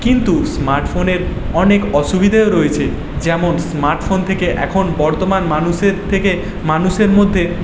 কিন্তু স্মার্ট ফোনের অনেক অসুবিধাও রয়েছে যেমন স্মার্ট ফোন থেকে এখন বর্তমান মানুষের থেকে মানুষের মধ্যে